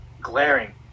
glaring